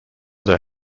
their